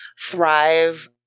thrive